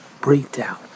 breakdown